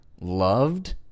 loved